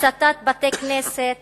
הצתת בתי-כנסת